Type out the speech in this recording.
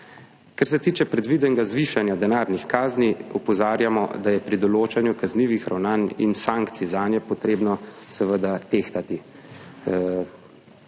Kar se tiče predvidenega zvišanja denarnih kazni, opozarjamo, da je pri določanju kaznivih ravnanj in sankcij zanje potrebno seveda tehtati